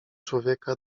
człowieka